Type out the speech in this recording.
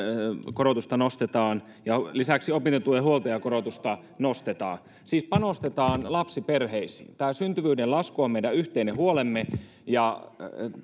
korotusta nostetaan ja lisäksi opintotuen huoltajakorotusta nostetaan siis panostetaan lapsiperheisiin syntyvyyden lasku on meidän yhteinen huolemme ja